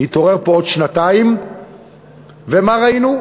נתעורר פה עוד שנתיים ומה ראינו?